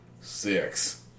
Six